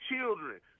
children